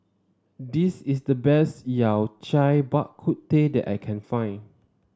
this is the best Yao Cai Bak Kut Teh that I can find